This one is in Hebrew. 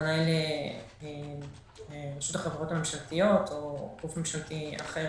שהכוונה לרשות החברות הממשלתיות או לגוף ממשלתי אחר,